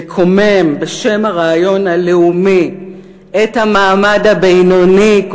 נקומם בשם הרעיון הלאומי את המעמד הבינוני,